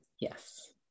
Yes